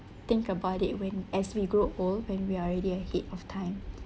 think about it when as we grow old when we are already ahead of time